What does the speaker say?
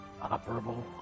operable